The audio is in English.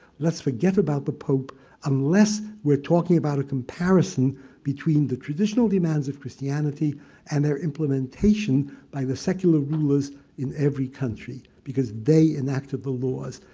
let's forget about the pope unless we're talking about a comparison between the traditional demands of christianity and their implementation by the secular rulers in every country, because they enacted the laws.